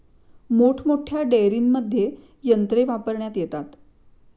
मोठमोठ्या डेअरींमध्ये यंत्रे वापरण्यात येतात